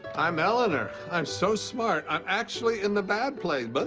i'm eleanor. i'm so smart i'm actually in the bad place. but